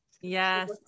Yes